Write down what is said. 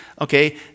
okay